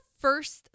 first